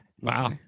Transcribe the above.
wow